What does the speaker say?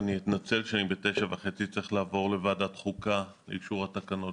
אתנצל שב-9:30 אצטרך לעבור לוועדת החוקה לאישור התקנות